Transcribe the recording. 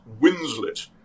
Winslet